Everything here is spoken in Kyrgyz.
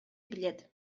билет